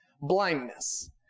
blindness